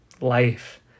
life